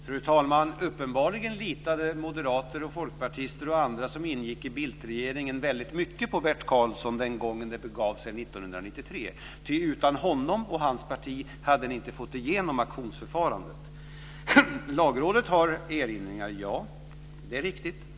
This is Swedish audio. Fru talman! Uppenbarligen litade moderater, folkpartister och andra som ingick i Bildtregeringen väldigt mycket på Bert Karlsson den gången det begav sig 1993, ty utan honom och hans parti hade ni inte fått igenom auktionsförfarandet. Lagrådet har erinringar - ja, det är riktigt.